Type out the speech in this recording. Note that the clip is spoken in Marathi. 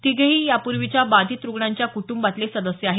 तिघेही यापूर्वीच्या बाधित रुग्णांच्या कुटुंबातले सदस्य आहेत